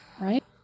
Right